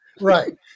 Right